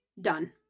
done